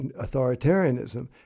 authoritarianism